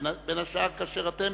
בין השאר כאשר אתם